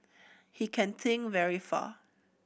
he can think very far